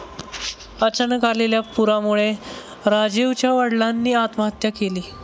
अचानक आलेल्या पुरामुळे राजीवच्या वडिलांनी आत्महत्या केली